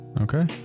okay